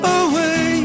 away